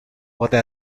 pote